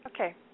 Okay